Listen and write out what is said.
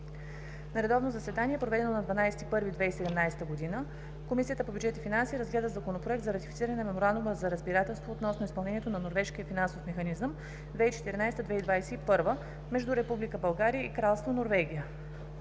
На редовно заседание, проведено на 12 януари 2017 г., Комисията по бюджет и финанси разгледа Законопроект за ратифициране на Меморандума за разбирателство относно изпълнението на Норвежкия финансов механизъм 2014 – 2021 между Република